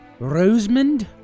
Rosemond